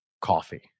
coffee